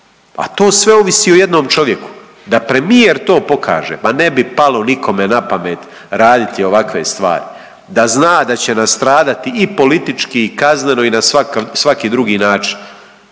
a to sve ovisi o jednom čovjeku. Da premijer to pokaže ma ne bi palo nikome napamet raditi ovakve stvari. Da zna da će nastradati i politički i kazneno i na svaki drugi način,